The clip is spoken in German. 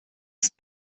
ist